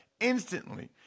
instantly